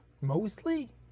Mostly